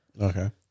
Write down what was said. Okay